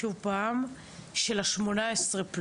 של ה-18+.